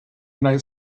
united